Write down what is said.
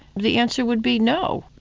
the answer would be no.